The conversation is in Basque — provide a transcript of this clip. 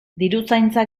diruzaintza